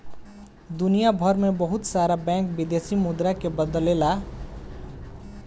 दुनियभर में बहुत सारा बैंक विदेशी मुद्रा के बदलेला